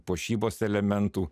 puošybos elementų